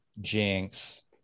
Jinx